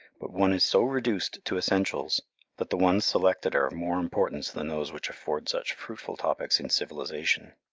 but one is so reduced to essentials that the ones selected are of more importance than those which afford such fruitful topics in civilization.